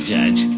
Judge